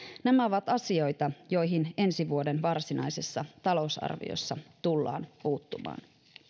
nämä ovat asioita joihin ensi vuoden varsinaisessa talousarviossa tullaan puuttumaan